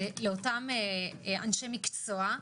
לאותם אנשי מקצוע,